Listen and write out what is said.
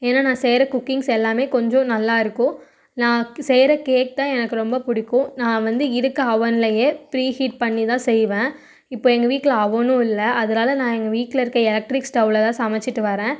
ஏன்னா நான் செய்யற குக்கிங்ஸ் எல்லாமே கொஞ்சம் நல்லா இருக்கும் நான் க் செய்யற கேக் தான் எனக்கு ரொம்ப பிடிக்கும் நான் வந்து இருக்க அவன்லையே ப்ரீ ஹீட் பண்ணி தான் செய்வேன் இப்போ எங்கள் வீட்டில் அவனும் இல்லை அதனால நான் எங்கள் வீட்டில் இருக்க எலக்ட்ரிக் ஸ்டவ்வில் தான் சமைச்சிட்டு வரேன்